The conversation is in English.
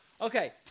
Okay